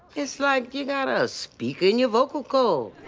it's like you gotta speaker in your vocal cord.